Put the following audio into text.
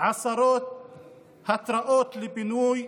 עשרות התראות על פינוי,